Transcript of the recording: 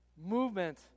movement